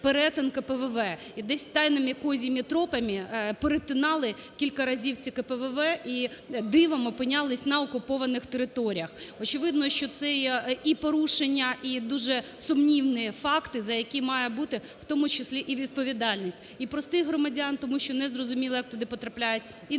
перетин КПВВ, і десь тайними, "козьими" тропами перетинали кілька разів ці КПВВ, і дивом опинялись на окупованих територіях. Очевидно, що це є і порушення, і дуже сумні факти, за які має бути в тому числі і відповідальність: і простих громадян, тому що не зрозуміло, як туди потрапляють, і народних